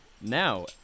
Now